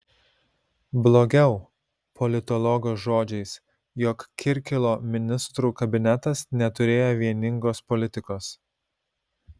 blogiau politologo žodžiais jog kirkilo ministrų kabinetas neturėjo vieningos politikos